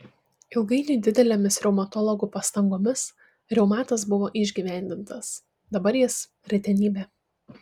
ilgainiui didelėmis reumatologų pastangomis reumatas buvo išgyvendintas dabar jis retenybė